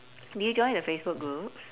did you join the facebook groups